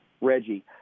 Reggie